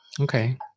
Okay